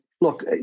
look